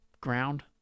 ground